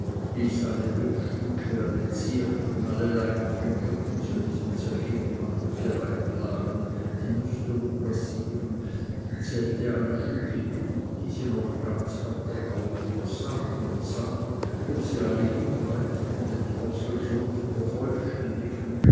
ließ alle bettstücke alle ziechen alle leintücher die zu diesem zwecke gemacht bereit lagen die musterung passieren zählte alle stücke tuch die sie noch ganz hatte auf und sann und sann ob sie alle hinreichten den trossel so zu vervollständigen